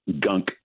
gunk